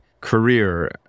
career